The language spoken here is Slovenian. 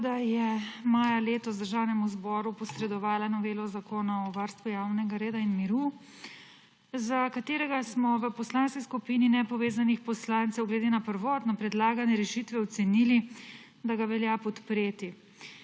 Vlada je maja letos Državnemu zboru posredovala novelo Zakona o varstvu javnega reda in miru, za katerega smo v Poslanski skupini nepovezanih poslancev glede na prvotno predlagane rešitve ocenili, da ga velja podpreti,